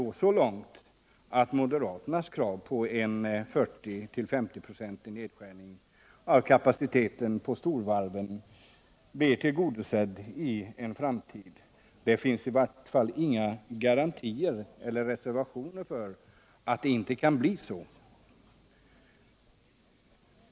gå så långt att moderaternas krav på 40-50 96 nedskärning av kapaciteten på storvarven blir tillgodosett i framtiden. Det finns i varje fall inga garantier för att det inte kommer att bli så.